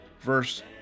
verse